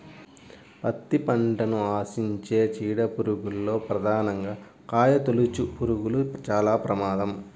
పత్తి పంటను ఆశించే చీడ పురుగుల్లో ప్రధానంగా కాయతొలుచుపురుగులు చాలా ప్రమాదం